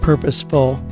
Purposeful